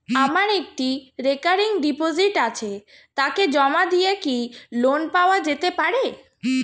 আমার একটি recurring deposit আছে তাকে জমা দিয়ে কি লোন পাওয়া যেতে পারে?